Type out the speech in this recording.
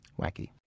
wacky